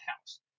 house